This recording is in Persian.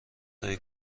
های